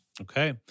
Okay